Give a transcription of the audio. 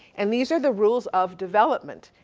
and these are the rules of development.